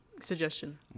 suggestion